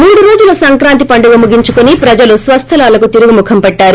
మూడు రోజుల సంక్రాంతి పండుగ ముగించుకొని ప్రజలు స్వస్థలాలకు తిరుగుముఖం పట్టారు